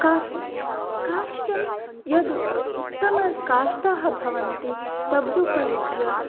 काष्टं काष्टं यत् उत्तमकाष्टाः भवन्ति तदुपयोज्य